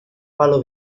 palo